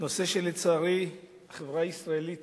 נושא שלצערי החברה הישראלית